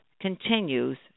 continues